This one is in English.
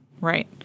Right